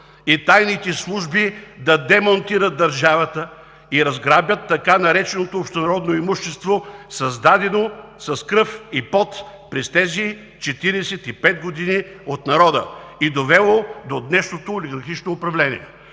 и тайните служби да демонтират държавата и разграбят така нареченото общонародно имущество, създадено с кръв и пот през тези 45 години от народа и довело до днешното олигархично управление.“